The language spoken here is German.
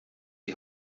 die